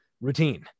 routine